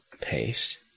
paste